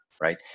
Right